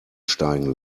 steigen